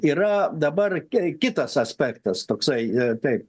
yra dabar kai kitas aspektas toksai ir taip